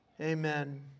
amen